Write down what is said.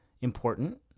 important